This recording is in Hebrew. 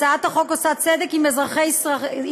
הצעת החוק עושה צדק עם אזרחי ישראל,